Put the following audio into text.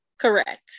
Correct